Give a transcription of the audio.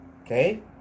Okay